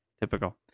Typical